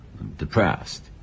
depressed